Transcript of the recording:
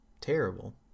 terrible